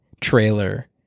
trailer